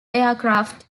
aircraft